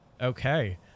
Okay